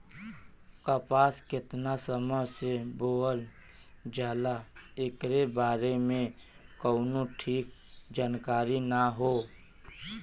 कपास केतना समय से बोअल जाला एकरे बारे में कउनो ठीक जानकारी ना हौ